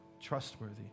trustworthy